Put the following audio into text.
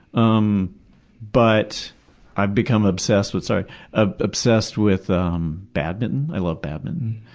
um but i've become obsessed with so ah obsessed with badminton. i love badminton.